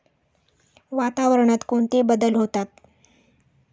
वातावरणात कोणते बदल होतात?